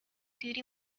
duty